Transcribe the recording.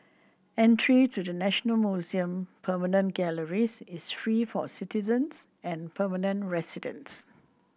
entry to the National Museum permanent galleries is free for citizens and permanent residents